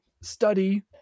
study